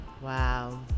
Wow